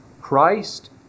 Christ